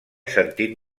sentit